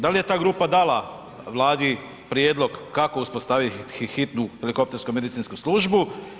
Da li je ta grupa dala Vladi prijedlog kako uspostaviti hitnu helikoptersku medicinsku službu?